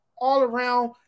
all-around